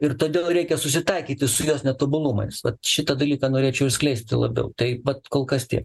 ir todėl reikia susitaikyti su jos netobulumais vat šitą dalyką norėčiau išskleisti labiau tai vat kol kas tiek